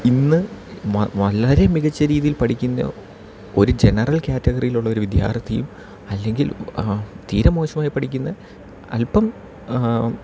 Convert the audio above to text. ഇന്ന് വാ വളരെ മികച്ച രീതിയിൽ പഠിക്കുന്ന ഒരു ജനറൽ കാറ്റഗറിയിലുള്ളൊരു വിദ്യാർത്ഥിയും അല്ലെങ്കിൽ തീരെ മോശമായി പഠിക്കുന്ന അൽപ്പം